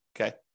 Okay